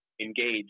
engage